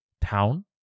town